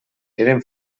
eren